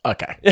Okay